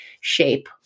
shape